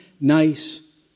nice